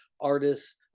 artists